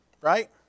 Right